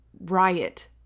riot